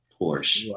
Porsche